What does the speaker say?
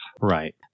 Right